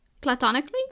platonically